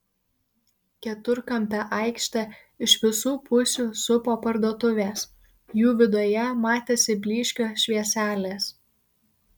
keturkampę aikštę iš visų pusių supo parduotuvės jų viduje matėsi blyškios švieselės